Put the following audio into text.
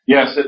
Yes